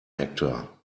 actor